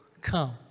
come